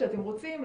פיצוציות,